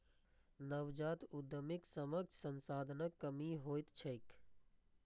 नवजात उद्यमीक समक्ष संसाधनक कमी होइत छैक